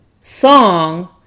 song